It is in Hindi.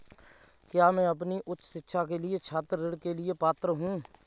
क्या मैं अपनी उच्च शिक्षा के लिए छात्र ऋण के लिए पात्र हूँ?